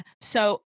So-